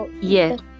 yes